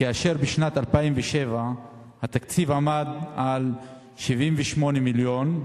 כאשר בשנת 2007 התקציב עמד על 78 מיליון,